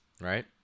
right